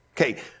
Okay